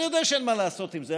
אני יודע שאין מה לעשות עם זה,